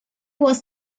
was